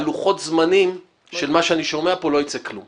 מלוחות הזמנים שאני שומע פה לא ייצא כלום.